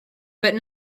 but